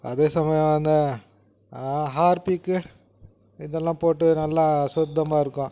அதே சமயம் அந்த ஹார்பிக்கு இதெல்லாம் போட்டு நல்லா சுத்தமாக இருக்கும்